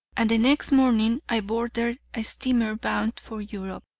and the next morning i boarded a steamer bound for europe.